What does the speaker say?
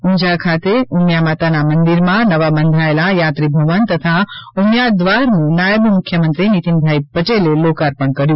ઊંઝા ખાતે ઉમિયા માતાના મંદિરમાં નવા બંધાયેલા યાત્રીભવન તથા ઉમિયા દ્વારનું નાયબ મુખ્યમંત્રી નીતિનભાઇ પટેલે લોકાર્પણ કર્યું